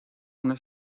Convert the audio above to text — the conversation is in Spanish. una